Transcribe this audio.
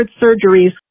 surgeries